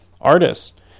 artists